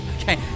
Okay